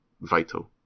vital